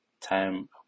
Time